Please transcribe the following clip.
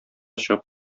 чыгып